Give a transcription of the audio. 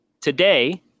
today